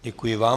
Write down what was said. Děkuji vám.